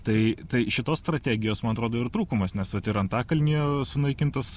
tai tai šitos strategijos man atrodo ir trūkumas nes vat ir antakalnyje sunaikintas